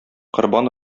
корбан